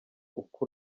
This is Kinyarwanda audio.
uko